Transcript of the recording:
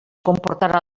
comportarà